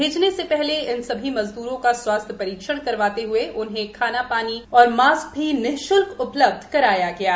भेजने के पूर्व इन सभी मजदूरो का स्वास्थ्य परीक्षण करवाते ह्ये उन्हें खाना पानी मास्क भी निःशुल्क उपलब्ध करवाया गया है